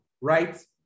right